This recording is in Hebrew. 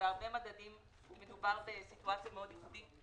מדובר בסיטואציה מאוד ייחודית.